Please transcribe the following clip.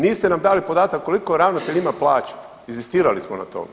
Niste nam dali podatak koliko ravnatelj ima plaću, inzistirali smo na tome.